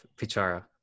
Pichara